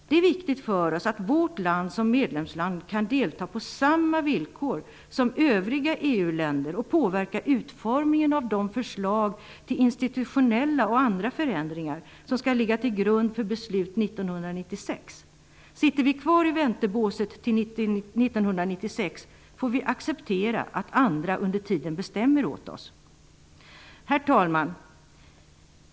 Det är viktigt för oss att vårt land som medlemsland kan delta på samma villkor som övriga EU-länder och påverka utformningen av de förslag till institutionella och andra förändringar som skall ligga till grund för beslut 1996. Om vi sitter kvar i väntebåset till 1996 får vi acceptera att andra under tiden bestämmer åt oss. Herr talman!